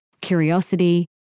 curiosity